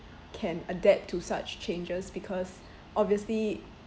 can adapt to such changes because obviously